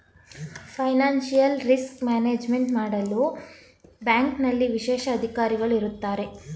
financial risk management ಮಾಡಲು ಬ್ಯಾಂಕ್ನಲ್ಲಿ ವಿಶೇಷ ಅಧಿಕಾರಿಗಳು ಇರತ್ತಾರೆ